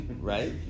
right